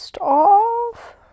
off